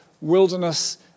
wilderness